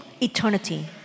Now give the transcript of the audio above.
Eternity